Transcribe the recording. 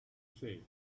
say